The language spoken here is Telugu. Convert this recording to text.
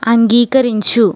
అంగీకరించు